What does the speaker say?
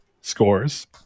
scores